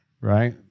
right